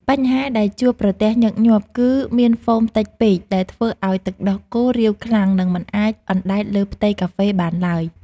បញ្ហាដែលជួបប្រទះញឹកញាប់ គឺមានហ្វូមតិចពេកដែលធ្វើឱ្យទឹកដោះគោរាវខ្លាំង និងមិនអាចអណ្តែតលើផ្ទៃកាហ្វេបានឡើយ។